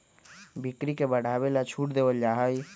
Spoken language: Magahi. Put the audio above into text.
बिक्री के बढ़ावे ला छूट देवल जाहई